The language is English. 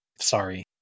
sorry